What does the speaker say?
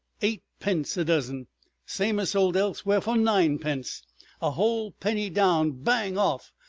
eightpence a dozen same as sold elsewhere for ninepence a whole penny down, bang off!